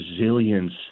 resilience